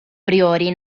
priori